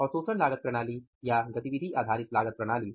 अवशोषण लागत प्रणाली या गतिविधि आधारित लागत प्रणाली